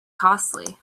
costly